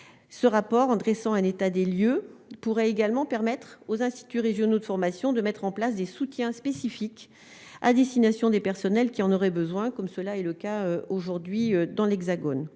ce rapport en dressant un état des lieux pourrait également permettre aux instituts régionaux de formation, de mettre en place des soutiens spécifiques à destination des personnels qui en auraient besoin, comme. Cela est le cas aujourd'hui dans l'Hexagone,